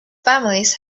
families